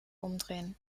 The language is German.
umdrehen